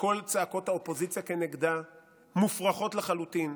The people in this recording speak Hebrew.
שכל צעקות האופוזיציה נגדה מופרכות לחלוטין.